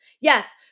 Yes